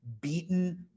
beaten